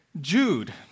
Jude